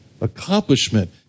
accomplishment